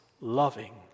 loving